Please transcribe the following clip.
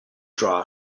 draw